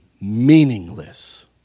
meaningless